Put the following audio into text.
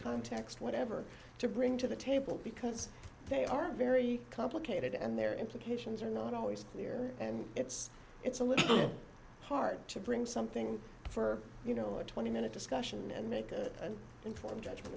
context whatever to bring to the table because they are very complicated and their implications are not always clear and it's it's a little hard to bring something for you know a twenty minute discussion and make an informed judgment